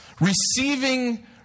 receiving